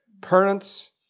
parents